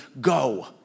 Go